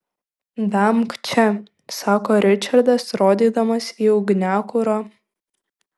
vemk čia sako ričardas rodydamas į ugniakurą